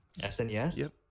SNES